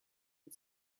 had